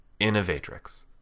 Innovatrix